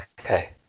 okay